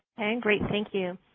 and great, thank you.